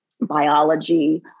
biology